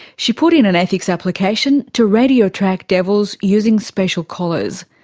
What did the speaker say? she put in an ethics application to radio-track devils using special collars.